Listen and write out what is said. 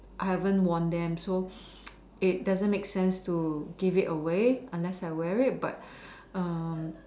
I haven't worn them so it doesn't make sense to give it away unless I wear it but um